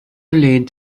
lehnt